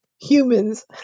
humans